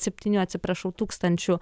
septynių atsiprašau tūkstančių